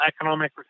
economic